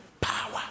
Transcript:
power